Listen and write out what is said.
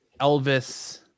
Elvis